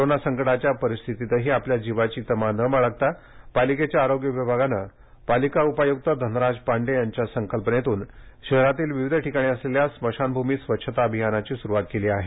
corona संकटाच्या परिस्थितीतही आपल्या जीवाची तमा न बाळगता पालिकेच्या आरोग्य विभागाने पालिका उपायुक्त धनराज पांडे यांच्या संकल्पनेतून शहरातील विविध ठिकाणी असलेल्या स्मशानभूमी स्वच्छता अभियानाची स्रुवात केली आहे